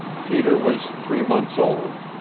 peter was three months old.